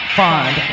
find